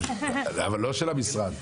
אבל לא של המשרד.